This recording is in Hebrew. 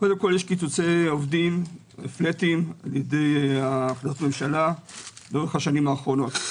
יש קיצוצי עובדים פלאטים לאור החלטות ממשלה לאורך השנים האחרונות,